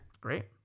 Great